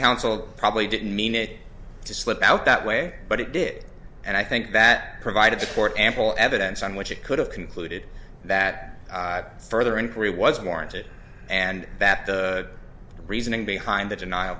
counsel probably didn't mean it to slip out that way but it did and i think that provided support ample evidence on which it could have concluded that further inquiry was warranted and that the reasoning behind the denial